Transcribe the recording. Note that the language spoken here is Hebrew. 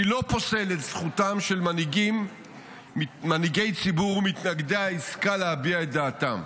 אני לא פוסל את זכותם של מנהיגי ציבור מתנגדי העסקה להביע את דעתם,